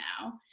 now